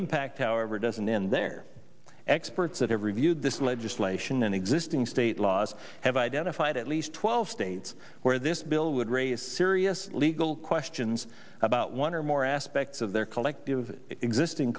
impact our doesn't end there experts that have reviewed this legislation and existing state laws have identified at least twelve states where this bill would raise serious legal questions about one or more aspects of their collective existing